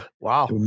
wow